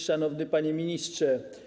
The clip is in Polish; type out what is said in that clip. Szanowny Panie Ministrze!